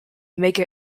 make